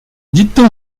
dites